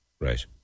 Right